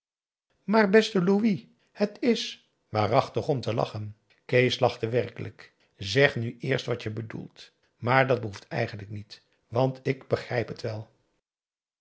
maar beste louis het is waarachtig om te lachen kees lachte werkelijk zeg nu eerst wat je bedoelt maar dat behoeft eigenlijk niet want ik begrijp het wel